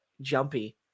jumpy